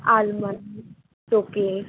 আলমারি শোকেস